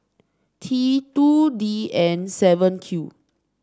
T two D N seven Q